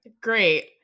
Great